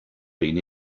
been